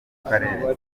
bizatangwa